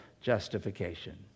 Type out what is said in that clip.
justification